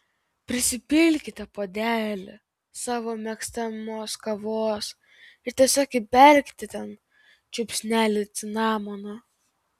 prisipilkite puodelį savo mėgstamos kavos ir tiesiog įberkite ten žiupsnelį cinamono